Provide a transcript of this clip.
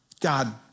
God